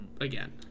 again